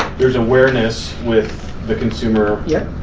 there's awareness with the consumer. yup.